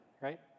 right